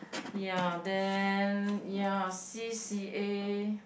ya then ya C_C_A